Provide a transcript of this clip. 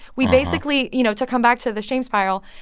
we basically you know, to come back to the shame spiral,